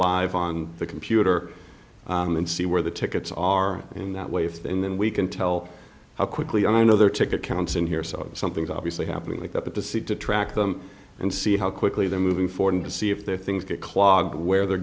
live on the computer and see where the tickets are in that way if they and then we can tell how quickly i know their ticket counts in here so something's obviously happening like that but the seed to track them and see how quickly they're moving forward to see if there things get clogged where they're